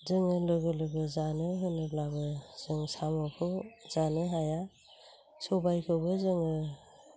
जोङो लगे लगे जानो होनोब्लाबो जोङो साम'खौ जानो हाया सबायखौबो जोङो